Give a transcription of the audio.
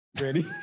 ready